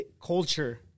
culture